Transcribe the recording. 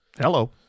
Hello